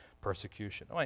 persecution